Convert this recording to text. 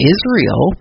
Israel